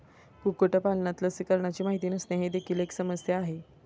कुक्कुटपालनात लसीकरणाची माहिती नसणे ही देखील एक समस्या आहे